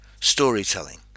storytelling